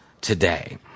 today